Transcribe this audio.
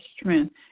strength